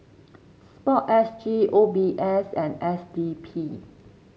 sport S G O B S and S D P